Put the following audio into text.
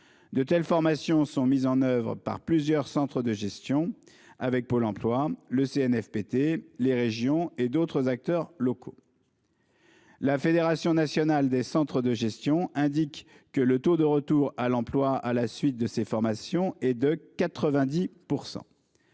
De telles formations sont mises en oeuvre par plusieurs centres de gestion avec Pôle emploi, le CNFPT, les régions et d'autres acteurs locaux. La Fédération nationale des centres de gestion indique que le taux de retour à l'emploi à la suite de ces formations est de 90 %.